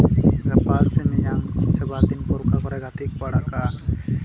ᱜᱟᱯᱟ ᱥᱮ ᱢᱮᱭᱟᱝ ᱥᱮ ᱵᱟᱨᱫᱤᱱ ᱯᱚᱨᱮ ᱚᱠᱟᱠᱚᱨᱮ ᱜᱟᱛᱮᱜ ᱠᱚ ᱟᱲᱟᱜᱟ